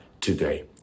today